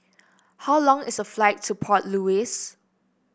how long is the flight to Port Louis